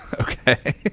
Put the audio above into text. Okay